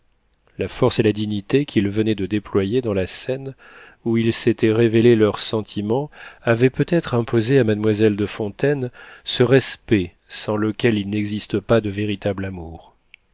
la force et la dignité qu'il venait de déployer dans la scène où ils s'étaient révélé leurs sentiments avaient peut-être imposé à mademoiselle de fontaine ce respect sans lequel il n'existe pas de véritable amour